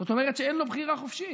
זאת אומרת שאין לו בחירה חופשית.